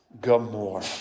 Gomorrah